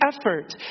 effort